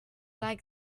like